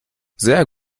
sehr